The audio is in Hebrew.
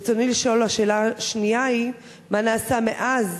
ברצוני לשאול, השאלה השנייה היא: מה נעשה מאז